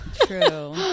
true